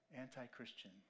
anti-Christian